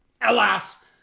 alas